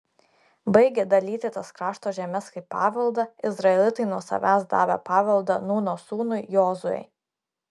baigę dalyti tas krašto žemes kaip paveldą izraelitai nuo savęs davė paveldą nūno sūnui jozuei